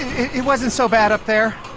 it wasn't so bad up there.